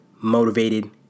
motivated